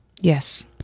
Yes